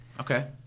Okay